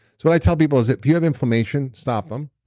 so what i tell people is if you have inflammation, stop them,